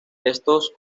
estos